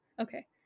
Okay